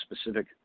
specific